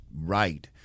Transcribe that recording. right